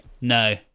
No